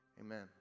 amen